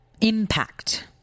impact